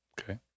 Okay